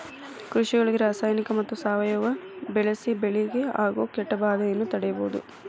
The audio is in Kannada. ಕೃಷಿಯೊಳಗ ರಾಸಾಯನಿಕ ಮತ್ತ ಸಾವಯವ ಬಳಿಸಿ ಬೆಳಿಗೆ ಆಗೋ ಕೇಟಭಾದೆಯನ್ನ ತಡೇಬೋದು